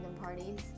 parties